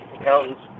accountants